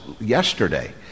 yesterday